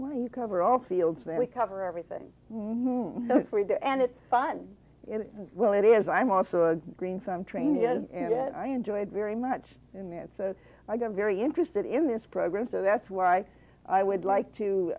when you cover all fields that we cover everything moving and it's fun well it is i'm also a green from training and i enjoyed very much in it so i got very interested in this program so that's why i would like to